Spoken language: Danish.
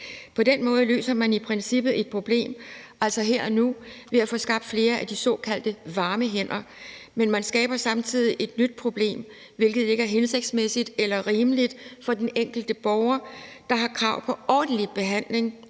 På den måde løser man i princippet et problem her og nu ved at få flere af de såkaldte varme hænder, men man skaber samtidig et nyt problem, hvilket ikke er hensigtsmæssigt eller rimeligt for den enkelte borger, der har krav på ordentlig behandling,